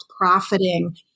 profiting